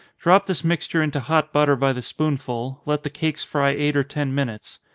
drop this mixture into hot butter by the spoonful, let the cakes fry eight or ten minutes.